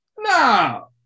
No